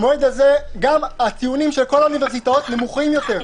במועד הזה הציונים של כל האוניברסיטאות נמוכים יותר.